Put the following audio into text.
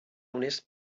unes